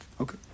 Okay